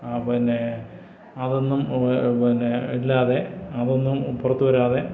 ആ പിന്നെ അതൊന്നും പിന്നെ ഇല്ലാതെ അതൊന്നും പുറത്തു വരാതെ